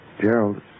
Gerald